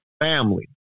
family